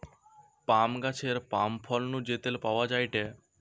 পাম গাছের পাম ফল নু যে তেল পাওয়া যায়টে